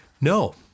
No